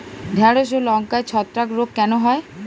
ঢ্যেড়স ও লঙ্কায় ছত্রাক রোগ কেন হয়?